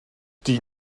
die